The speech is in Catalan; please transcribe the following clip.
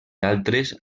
altres